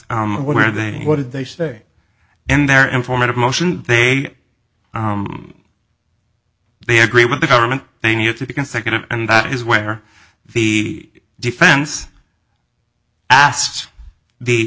where they what did they say in their informative motion they they agree with the government they knew to be consecutive and that is where the defense asked the